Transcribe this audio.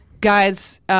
guys